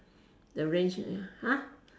the range is !huh!